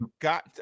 got